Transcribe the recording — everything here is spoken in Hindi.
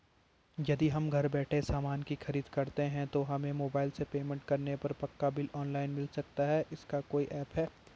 यदि हम घर बैठे सामान की खरीद करते हैं तो हमें मोबाइल से पेमेंट करने पर पक्का बिल ऑनलाइन मिल सकता है इसका कोई ऐप है